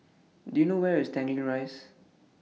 Do YOU know Where IS Tanglin Rise